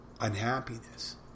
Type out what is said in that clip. unhappiness